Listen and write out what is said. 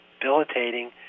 debilitating